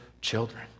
children